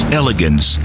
elegance